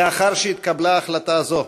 לאחר שהתקבלה החלטה זו,